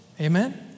Amen